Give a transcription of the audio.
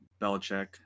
Belichick